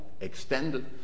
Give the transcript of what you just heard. extended